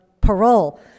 parole